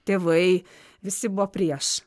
tėvai visi buvo prieš